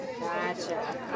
Gotcha